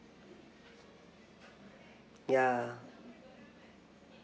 ya